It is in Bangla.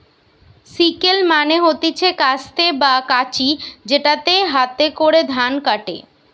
সিকেল মানে হতিছে কাস্তে বা কাঁচি যেটাতে হাতে করে ধান কাটে